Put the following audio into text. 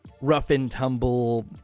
rough-and-tumble